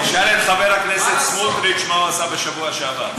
תשאל את חבר הכנסת סמוטריץ מה הוא עשה בשבוע שעבר.